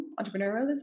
entrepreneurialism